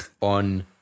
on